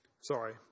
Sorry